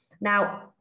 now